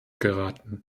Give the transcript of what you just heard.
geraten